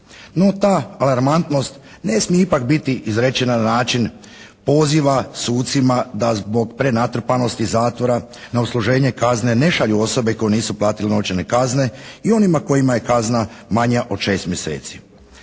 No ta alarmantnost ne smije ipak biti izrečena na način poziva sucima da zbog prenatrpanosti zatvora na odsluženje kazne ne šalju osobe koje nisu platiti novčane kazne i onima kojima je kazna manja od 6 mjeseci.